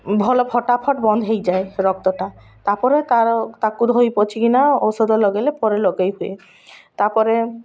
ଭଲ ଫଟା ଫଟ୍ ବନ୍ଦ ହେଇଯାଏ ରକ୍ତଟା ତା'ପରେ ତା'ର ତାକୁ ଧୋଇ ପୋଛି କିିନା ଔଷଧ ଲଗାଇଲେ ପରେ ଲଗାଇ ହୁଏ ତା'ପରେ